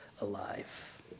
alive